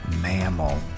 Mammal